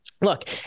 Look